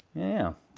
yeah,